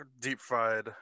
deep-fried